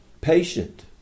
patient